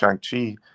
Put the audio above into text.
Shang-Chi